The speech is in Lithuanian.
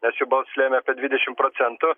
nes jų balsas lėmė apie dvidešim procentų